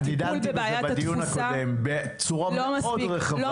טיפול בבעיית התפוסה --- אני דנתי בזה בדיון הקודם בצורה מאוד רחבה.